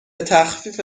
تخفیف